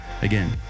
Again